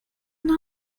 into